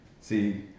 See